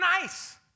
nice